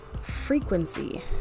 frequency